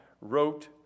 wrote